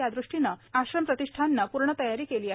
यादृष्टीने आश्रम प्रतिष्ठानने पूर्ण तयारी केली आहे